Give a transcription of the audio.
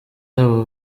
abo